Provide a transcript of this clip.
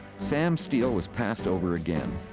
sam steele was passed over again.